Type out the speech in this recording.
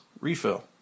refill